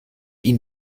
ihnen